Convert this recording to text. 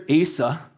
Asa